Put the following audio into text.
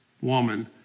woman